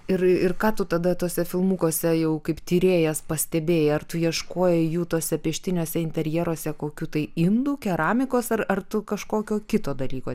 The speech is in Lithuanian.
ir ir ką tu tada tuose filmukuose jau kaip tyrėjas pastebėjai ar tu ieškojai jų tose pieštiniuose interjeruose kokių tai indų keramikos ar ar tu kažkokio kito dalyko